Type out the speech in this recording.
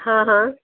हाँ हाँ